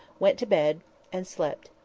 went to bed and slept.